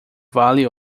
vale